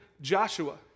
Joshua